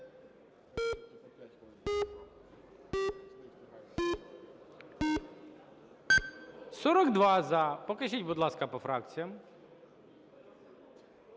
За-42 Покажіть, будь ласка, по фракціях.